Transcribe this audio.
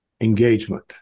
Engagement